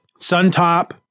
Suntop